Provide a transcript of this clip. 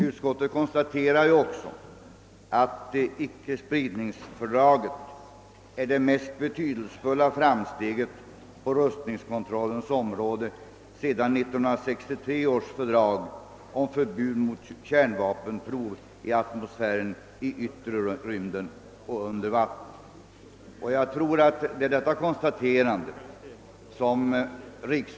Utskottet kon 'staterar ju också att icke-spridningsfördraget är det mest betydelsefulla framsteget på rustningskontrollens område sedan 1963 års fördrag om förbud mot kärnvapenprov i atmosfären, i yttre rymden och under vatten.